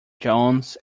jones